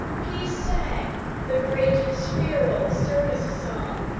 he sang the great spheral circus-song,